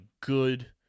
good